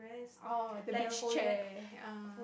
!orh! the beach chair ah